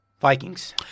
Vikings